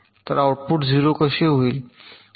तर आउटपुट 0 कसे होईल